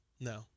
no